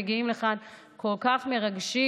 החיילים שמגיעים לכאן כל כך מרגשים.